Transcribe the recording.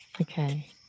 Okay